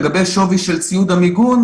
לגבי שווי של ציוד המיגון,